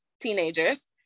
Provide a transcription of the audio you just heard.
teenagers